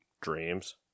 Dreams